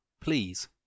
Please